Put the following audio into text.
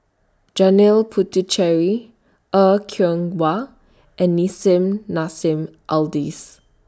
Janil Puthucheary Er Kwong Wah and Nissim Nassim Adis